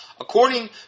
According